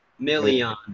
million